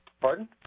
Pardon